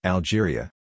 Algeria